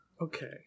Okay